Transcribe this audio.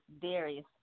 various